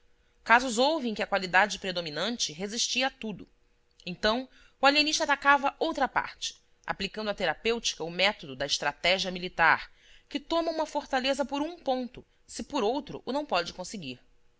houve em que a qualidade predominante resistia a tudo então o alienista atacava outra parte aplicando à terapêutica o método da estratégia militar que toma uma fortaleza por um ponto se por outro o não pode conseguir